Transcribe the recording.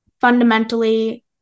fundamentally